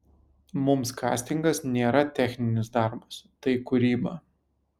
mums kastingas nėra techninis darbas tai kūryba